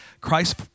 Christ